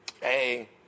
Hey